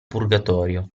purgatorio